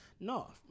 No